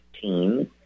team